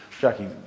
jackie